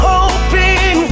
Hoping